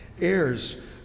heirs